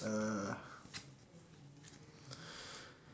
uh